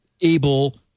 able